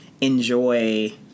enjoy